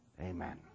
Amen